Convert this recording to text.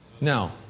Now